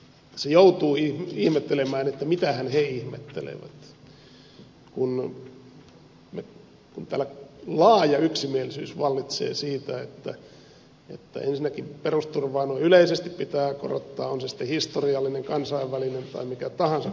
tässä joutuu ihmettelemään että mitähän he ihmettelevät kun täällä laaja yksimielisyys vallitsee siitä että ensinnäkin perusturvaa noin yleisesti pitää korottaa on se sitten historiallinen kansainvälinen tai mikä tahansa korotus